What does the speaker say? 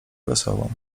wesołą